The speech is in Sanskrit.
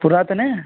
पुरातने